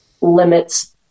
limits